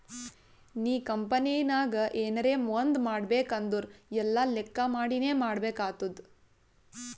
ನೀ ಕಂಪನಿನಾಗ್ ಎನರೇ ಒಂದ್ ಮಾಡ್ಬೇಕ್ ಅಂದುರ್ ಎಲ್ಲಾ ಲೆಕ್ಕಾ ಮಾಡಿನೇ ಮಾಡ್ಬೇಕ್ ಆತ್ತುದ್